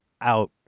out